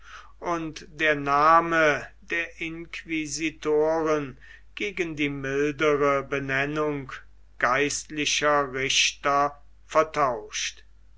und der name der inquisitoren gegen die mildere benennung geistlicher richter vertauscht